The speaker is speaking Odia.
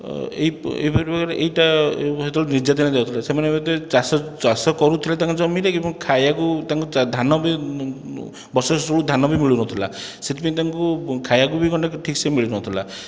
ଏହିପରି ଭାବରେ ଏଇଟା ସେତେବେଳେ ନିର୍ଯାତନା ଦିଆ ଯାଉଥିଲା ସେମାନେ ହୁଏ ତ ଚାଷ ଚାଷ କରୁଥିଲେ ତାଙ୍କ ଜମିରେ କିନ୍ତୁ ଖାଇବାକୁ ତାଙ୍କୁ ଧାନ ବି ବର୍ଷରେ ସବୁ ଧାନ ବି ମିଳୁନଥିଲା ସେଥିପାଇଁ ତାଙ୍କୁ ଖାଇବାକୁ ବି ଗଣ୍ଡେ ମାନେ ଠିକ ସେ ମିଳୁନଥିଲା